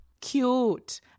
Cute